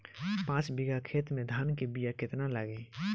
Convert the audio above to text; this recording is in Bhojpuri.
पाँच बिगहा खेत में धान के बिया केतना लागी?